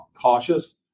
cautious